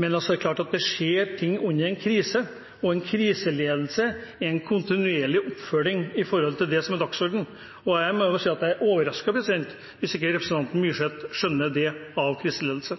men det er klart at det skjer ting under en krise, og en kriseledelse er i kontinuerlig oppfølging i forhold til det som er dagsordenen. Jeg må jo si at jeg er overrasket hvis ikke representanten Myrseth skjønner det om kriseledelse.